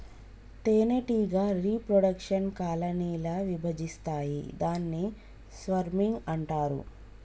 తేనెటీగ reproduction colony ల విభజిస్తాయి దాన్ని స్వర్మింగ్ అంటారు